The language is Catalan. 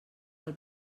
del